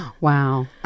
Wow